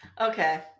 Okay